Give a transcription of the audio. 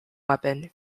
weapon